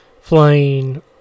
Flying